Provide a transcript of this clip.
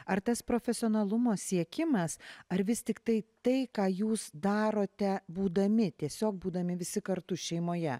ar tas profesionalumo siekimas ar vis tiktai tai ką jūs darote būdami tiesiog būdami visi kartu šeimoje